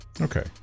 okay